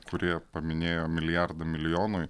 kurie paminėjo milijardą milijonui